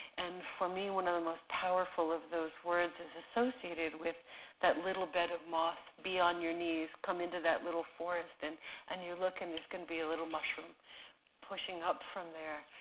and for me, one of the most powerful of those words is associated with that little bed of moss. be on your knees, come into that little forest. and and you look, and there's going to be a little mushroom pushing up from there.